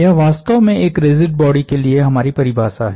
यह वास्तव में एक रिजिड बॉडी के लिए हमारी परिभाषा है